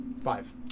Five